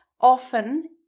often